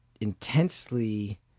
intensely